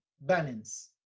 balance